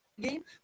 game